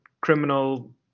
criminal